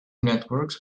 networks